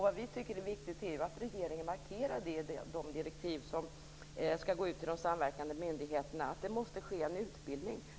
Vad vi tycker är viktigt är ju att regeringen markerar det i de direktiv som skall gå ut till de samverkande myndigheterna. Det måste ske en utbildning.